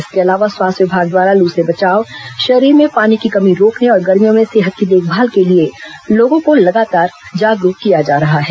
इसके अलावा स्वास्थ्य विभाग द्वारा लू से बचाव शरीर में पानी की कमी रोकने और गर्मियों में सेहत की देखभाल के लिए लोगों को लगातार जागरूक किया जा रहा है